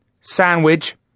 Sandwich